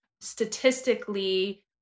statistically